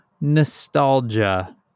nostalgia